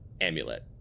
amulet